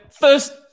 First